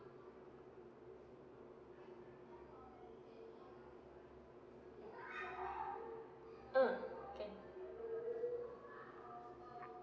mm can